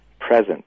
present